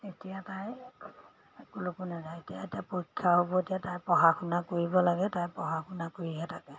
এতিয়া তাই ক'লৈকো নাযায় এতিয়া এতিয়া পৰীক্ষা হ'ব এতিয়া তাই পঢ়া শুনা কৰিব লাগে তাই পঢ়া শুনা কৰিহে থাকে